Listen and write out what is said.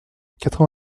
quatre